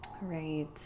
Right